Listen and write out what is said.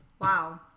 wow